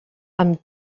amb